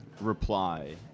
reply